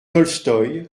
tolstoï